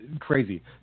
crazy